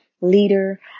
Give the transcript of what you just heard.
leader